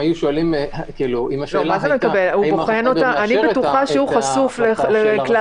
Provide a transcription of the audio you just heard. אני בטוחה שהוא חשוף לכלל